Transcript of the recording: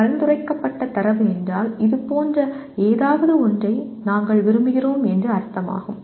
பரிந்துரைக்கப்பட்ட தரவு என்றால் இதுபோன்ற ஏதாவது ஒன்றை நாங்கள் விரும்புகிறோம் என்று அர்த்தம் ஆகும்